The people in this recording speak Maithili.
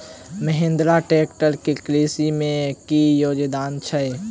महेंद्रा ट्रैक्टर केँ कृषि मे की योगदान छै?